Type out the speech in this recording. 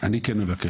אני כן מבקש,